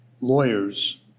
lawyers